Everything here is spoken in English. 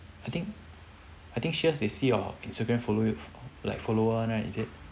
I think I think sheares they see your instagram follow like follower one right is it